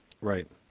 Right